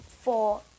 four